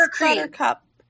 Buttercup